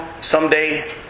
someday